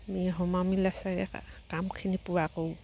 আমি সময় মিলাই চাই কামখিনি পূৰা কৰোঁ